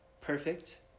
perfect